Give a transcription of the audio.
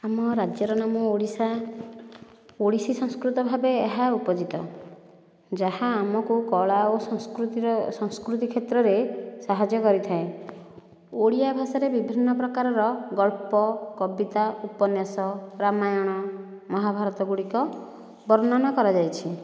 ଆମ ରାଜ୍ୟର ନାମ ଓଡ଼ିଶା ଓଡ଼ିଶୀ ସଂସ୍କୃତ ଭାବେ ଏହା ଉପଯୁକ୍ତ ଯାହା ଆମକୁ କଳା ଓ ସଂସ୍କୃତିର ସଂସ୍କୃତି କ୍ଷେତ୍ରରେ ସାହାଯ୍ୟ କରିଥାଏ ଓଡ଼ିଆ ଭାଷାରେ ବିଭିନ୍ନ ପ୍ରକାରର ଗଳ୍ପ କବିତା ଉପନ୍ୟାସ ରାମାୟଣ ମହାଭାରତ ଗୁଡ଼ିକ ବର୍ଣ୍ଣନା କରାଯାଇଛି